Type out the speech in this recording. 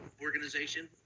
organization